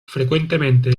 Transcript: frecuentemente